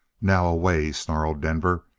now away! snarled denver.